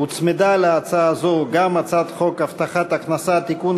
הוצמדה להצעה גם הצעת חוק הבטחת הכנסה (תיקון,